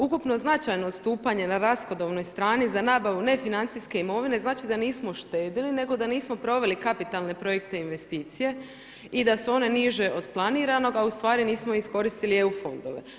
Ukupno značajno odstupanje na rashodovnoj strani za nabavu nefinancijske imovine ne znači da nismo štedjeli nego da nismo proveli kapitalne projekte i investicije i da su one niže od planiranog a ustvari nismo iskoristili EU fondove.